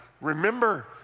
remember